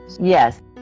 yes